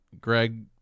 Greg